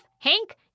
Hank